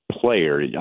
player